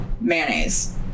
mayonnaise